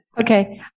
Okay